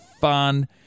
fun